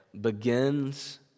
begins